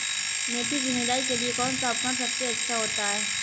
मेथी की निदाई के लिए कौन सा उपकरण सबसे अच्छा होता है?